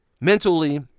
mentally